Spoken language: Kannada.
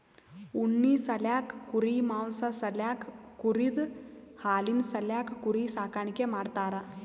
ಉಣ್ಣಿ ಸಾಲ್ಯಾಕ್ ಕುರಿ ಮಾಂಸಾ ಸಾಲ್ಯಾಕ್ ಕುರಿದ್ ಹಾಲಿನ್ ಸಾಲ್ಯಾಕ್ ಕುರಿ ಸಾಕಾಣಿಕೆ ಮಾಡ್ತಾರಾ